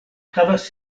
havas